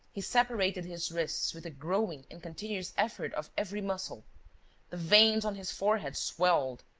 he separated his wrists with a growing and continuous effort of every muscle. the veins on his forehead swelled.